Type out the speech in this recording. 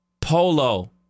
polo